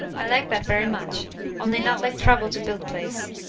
i like that very much only not like trouble to build place.